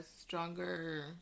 stronger